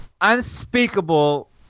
unspeakable